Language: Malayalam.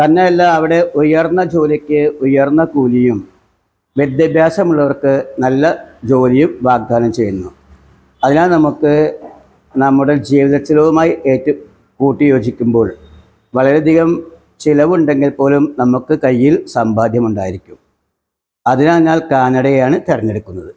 തന്നെയല്ല അവിടെ ഉയർന്ന ജോലിക്ക് ഉയർന്ന കൂലിയും വിദ്യാഭ്യാസം ഉള്ളവർക്ക് നല്ല ജോലിയും വാഗ്ദാനം ചെയ്യുന്നു അതിനാൽ നമുക്ക് നമ്മുടെ ജീവിതച്ചിലവുമായി ഏറ്റ് കൂട്ടി യോജിക്കുമ്പോൾ വളരെയധികം ചിലവുണ്ടെങ്കിൽപ്പോലും നമുക്ക് കയ്യിൽ സമ്പാദ്യം ഉണ്ടായിരിക്കും അതിനാൽ ഞാൻ കാനഡയാണ് തിരഞ്ഞെടുക്കുന്നത്